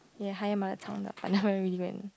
ya higher mother tongue but I never really go and